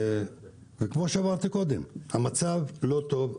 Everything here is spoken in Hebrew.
כמו שאמרתי קודם, המצב לא טוב.